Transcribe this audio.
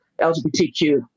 LGBTQ